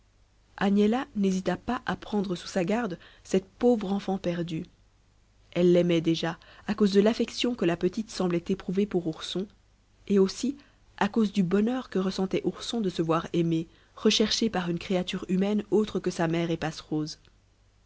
agnella n'hésita pas à prendre sous sa garde cette pauvre enfant perdue elle l'aimait déjà à cause de l'affection que la petite semblait éprouver pour ourson et aussi à cause du bonheur que ressentait ourson de se voir aimé recherché par une créature humaine autre que sa mère et